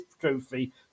trophy